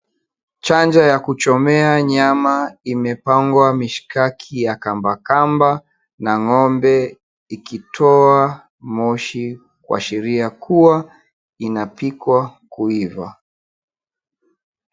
Chanja ya kuchoka nyama imepangwa mishkaki ya kambakamba na ng'ombe ikitoa moshi kuashiria Kua inapikwa kuiva.